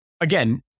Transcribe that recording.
again